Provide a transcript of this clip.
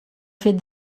fet